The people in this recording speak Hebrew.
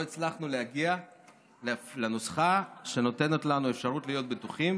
לא הצלחנו להגיע לנוסחה שנותנת לנו אפשרות להיות בטוחים